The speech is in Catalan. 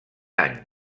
any